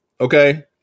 Okay